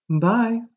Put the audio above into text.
Bye